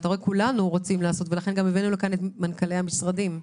כולנו רוצים לעשות ולכן הבאנו לכאן את מנכ"לי המשרדים.